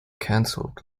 cancelled